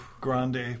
Grande